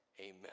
Amen